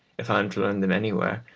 if i am to learn them anywhere,